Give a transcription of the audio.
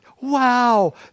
Wow